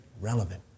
relevant